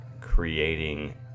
creating